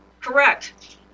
Correct